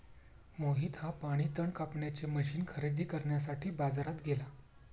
मोहित हा पाणी तण कापण्याचे मशीन खरेदी करण्यासाठी बाजारात गेला